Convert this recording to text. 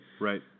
Right